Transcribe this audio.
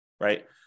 right